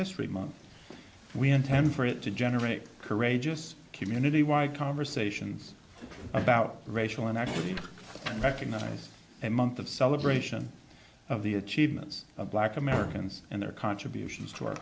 history month we intend for it to generate courageous community wide conversations about racial and actually recognize a month of celebration of the achievements of black americans and their contributions to our